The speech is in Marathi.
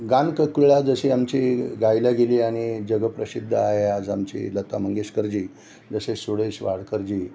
गानकोकिळा जशी आमची गायला गेली आणि जगप्रसिद्ध आहे आज आमची लता मंगेशकरजी जसे सुरेश वाडकरजी